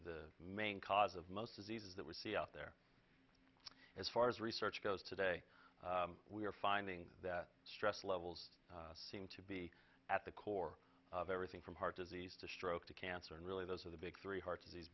main cause of most diseases that we see out there as far as research goes today we are finding that stress levels seem to be at the core of everything from heart disease to stroke to cancer and really those are the big three heart disease